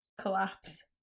collapse